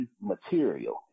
material